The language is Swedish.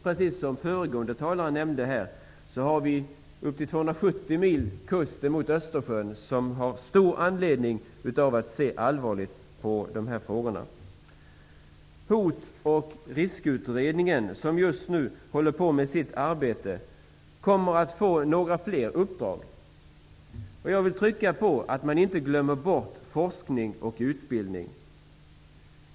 Precis som den föregående talaren nämnde finns det ca 270 mil kust mot Östersjön. Det finns därför stor anledning att se allvarligt på dessa frågor. Hot och riskutredningen som just håller på med sitt arbete kommer att få några fler uppdrag. Jag vill trycka på att man inte glömmer bort forskning och utbildning.